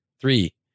Three